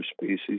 species